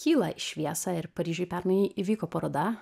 kyla į šviesą ir paryžiuj pernai įvyko paroda